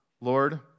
Lord